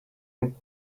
with